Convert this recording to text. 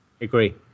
Agree